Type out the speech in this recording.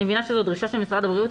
אני מבינה שזו דרישה של משרד הבריאות.